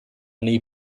nei